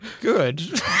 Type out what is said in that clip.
Good